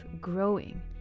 growing